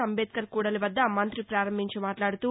అంబేద్కర్ కూడలి వద్ద మంత్రి పారంభించి మాట్లాడుతూ